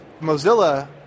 Mozilla